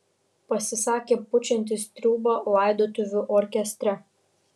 pasisakė pučiantis triūbą laidotuvių orkestre